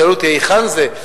שאלו אותי היכן זה.